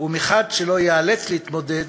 ולא יאלץ להתמודד